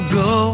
go